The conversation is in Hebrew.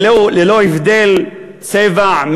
ללא הבדל צבע,